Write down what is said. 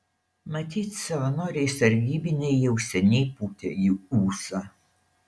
matyt savanoriai sargybiniai jau seniai pūtė į ūsą